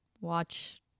watch